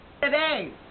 today